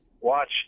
watch